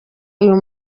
uyu